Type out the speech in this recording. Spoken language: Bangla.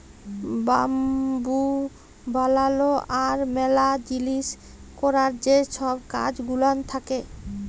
বাম্বু বালালো আর ম্যালা জিলিস ক্যরার যে ছব কাজ গুলান থ্যাকে